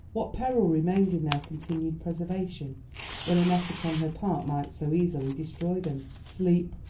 what peril remained in their continued preservation when an effort on her part might so easily destroy them. sleep,